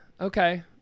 Okay